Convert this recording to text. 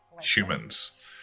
humans